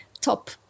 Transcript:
top